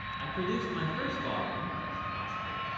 i produced my first volume, that's the gospel,